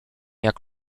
jak